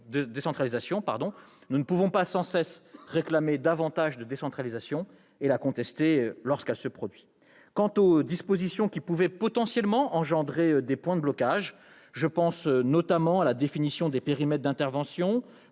Nous ne pouvons pas sans cesse réclamer davantage de décentralisation et la contester lorsqu'elle advient. Quant aux dispositions qui pouvaient potentiellement créer des points de blocage-je pense notamment à la définition des périmètres d'intervention,